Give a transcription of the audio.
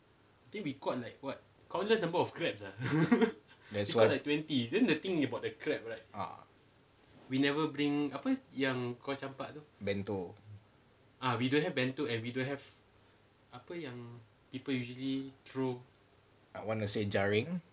that's why ah bento I wanna say jaring